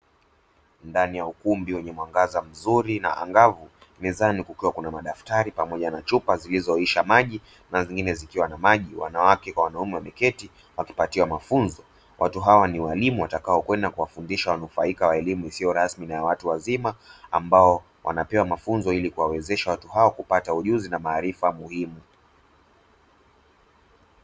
Ndani ya ukumbi wenye mwangaza mzuri na angavu mezani kukiwa na madaftari pamoja na chupa zilizoisha maji na zingine zikiwa na maji. Wanawake kwa wanaume wameketi wakipatiwa mafunzo watu hawa ni walimu wataokwenda kuwafundisha wanufaika wa elimu isiyo rasmi na ya watu wazima ambao wanapewa mafunzo ili kuwawezesha watu hao kupata ujuzi na maarifa muhimu.